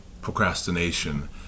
procrastination